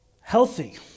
healthy